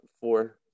four